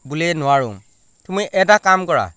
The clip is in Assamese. বোলে এই নোৱাৰোঁ তুমি এটা কাম কৰা